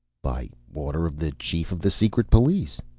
by order of the chief of the secret police.